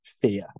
fear